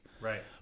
Right